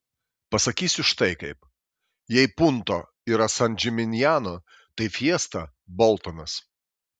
pasakysiu štai kaip jei punto yra san džiminjano tai fiesta boltonas